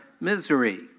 misery